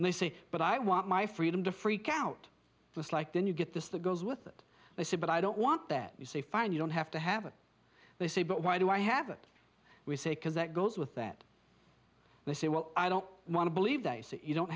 and they say but i want my freedom to freak out it was like don't you get this that goes with that i said but i don't want that you say fine you don't have to have it they say but why do i have it we say because that goes with that they say well i don't want to believe that you don't